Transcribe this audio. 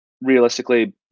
realistically